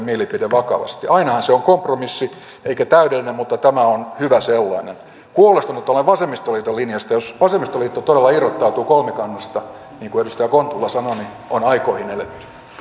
mielipide vakavasti ainahan se on kompromissi eikä täydellinen mutta tämä on hyvä sellainen huolestunut olen vasemmistoliiton linjasta jos vasemmistoliitto todella irrottautuu kolmikannasta niin kuin edustaja kontula sanoi niin on aikoihin eletty